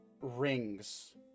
rings